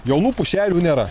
jaunų pušelių nėra